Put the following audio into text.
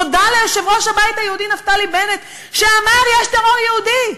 מודה ליושב-ראש הבית היהודי נפתלי בנט שאמר: יש טרור יהודי,